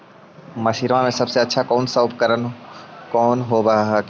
मसिनमा मे सबसे अच्छा कौन सा उपकरण कौन होब हखिन?